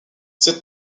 cette